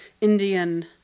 Indian